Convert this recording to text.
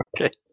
Okay